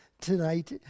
tonight